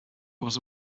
was